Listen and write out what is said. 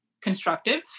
constructive